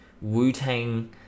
Wu-Tang